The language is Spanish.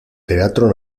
teatro